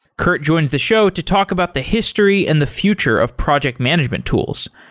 kurt joins the show to talk about the history and the future of project management tools.